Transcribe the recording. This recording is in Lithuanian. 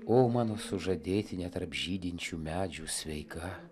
o mano sužadėtine tarp žydinčių medžių sveika